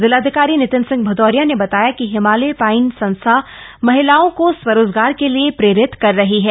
जिलाधिकारी नितिन सिंह भदौरिया ने बताया कि हिमालय पाईन संस्था महिलाओं को स्वरोजगार के लिए प्रेरित कर रही है